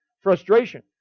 frustration